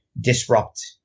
disrupt